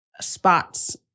spots